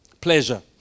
pleasure